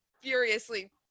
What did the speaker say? furiously